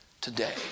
today